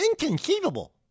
Inconceivable